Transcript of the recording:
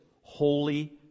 holy